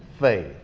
faith